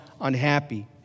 unhappy